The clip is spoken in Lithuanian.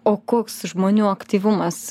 o koks žmonių aktyvumas